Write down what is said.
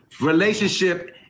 relationship